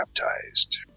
baptized